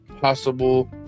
possible